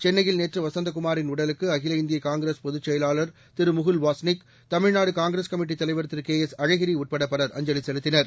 சென்னையில் நேற்று வசந்தகுமாரின் உடலுக்கு அகில இந்திய காங்கிரஸ் பொதுச்செயலாளா் திரு முகுல் வாஸ்னிக் தமிழ்நாடு காங்கிரஸ் கமிட்டி தலைவர் திரு கே எஸ் அழகிரி உட்பட பலர் அஞ்சலி செலுத்தினர்